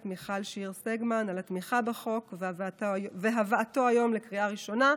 מיכל שיר סגמן על התמיכה בחוק והבאתו היום לקריאה הראשונה.